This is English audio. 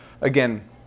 Again